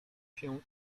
się